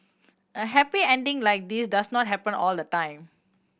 a happy ending like this does not happen all the time